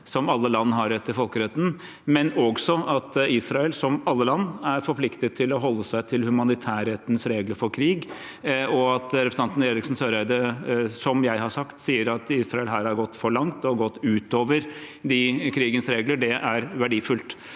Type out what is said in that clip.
som alle land har etter folkeretten, men også at Israel, som alle land, er forpliktet til å holde seg til humanitærrettens regler for krig. At representanten Eriksen Søreide sier at Israel her har gått for langt og gått utover krigens regler, som jeg